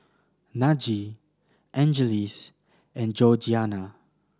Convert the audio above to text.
Najee Angeles and Georgianna